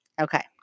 Okay